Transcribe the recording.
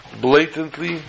blatantly